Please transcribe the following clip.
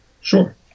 Sure